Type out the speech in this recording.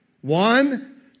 One